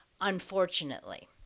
unfortunately